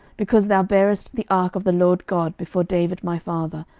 because thou barest the ark of the lord god before david my father,